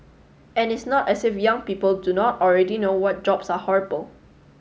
and it's not as if young people do not already know what jobs are horrible